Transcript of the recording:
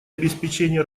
обеспечения